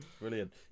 Brilliant